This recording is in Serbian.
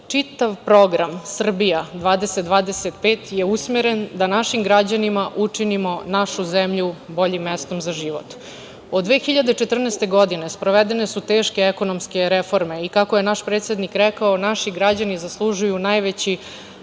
Program „Srbija 20-25“ je usmeren da našim građanima učinimo našu zemlju boljim mestom za život. Od 2014. godine sprovedene su teške ekonomske reforme i, kako je naš predsednik rekao, naši građani zaslužuju najveći